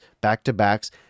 back-to-backs